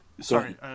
Sorry